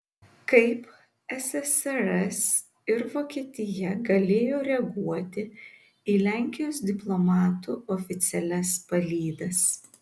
kaip ssrs ir vokietija galėjo reaguoti į lenkijos diplomatų oficialias palydas